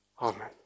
Amen